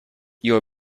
your